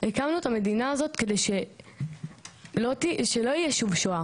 הקמנו את המדינה הזאת כדי שלא תהיה שוב שואה